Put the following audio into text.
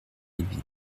livide